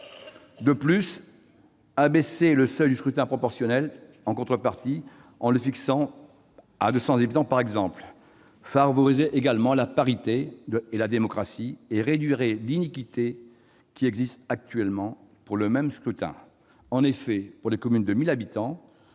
De plus, l'abaissement du seuil du scrutin proportionnel en contrepartie, en le fixant, par exemple, à 200 habitants, favoriserait la parité et la démocratie et réduirait l'iniquité qui existe actuellement pour le même scrutin. En effet, pour les communes de 1 000 habitants